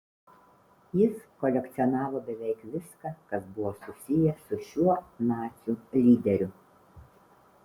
jis kolekcionavo beveik viską kas buvo susiję su šiuo nacių lyderiu